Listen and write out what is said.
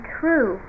true